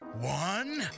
one